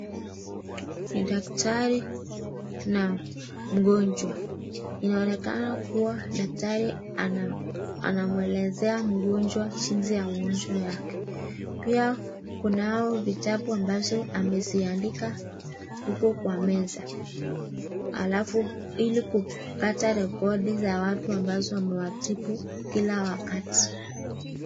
Ni daktari na mgonjwa. Inaonekana kua daktari anamuelezea mgonjwa shida ya ugonjwa wake. Pia kunao vitabu ambazo ameziandika huko kwa meza. Alafu ili kupata rekodi za watu amabazo amewatibu kila wakati.